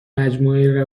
مجموعه